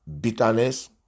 bitterness